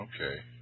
Okay